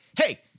hey